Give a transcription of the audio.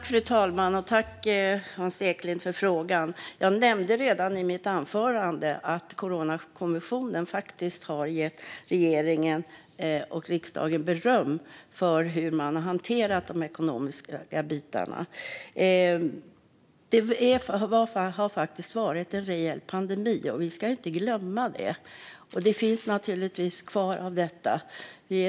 Fru talman! Jag tackar Hans Eklind för frågorna. Som jag nämnde i mitt anförande gav Coronakommissionen regeringen och riksdagen beröm för hur de ekonomiska bitarna hanterats. Vi får inte glömma att det har varit en rejäl pandemi, och det är inte över än.